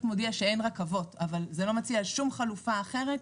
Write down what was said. מודיע שאין רכבות אבל לא מציע שום חלופה אחרת,